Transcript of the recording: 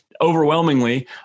overwhelmingly